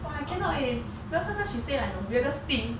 !wah! I cannot eh because sometimes she say like the weirdest thing